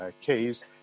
case